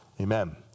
Amen